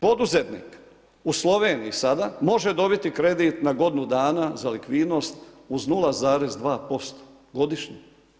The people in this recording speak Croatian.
Poduzetnik u Sloveniji sada može dobiti kredit na godinu dana za likvidnost uz 0,2% godišnje.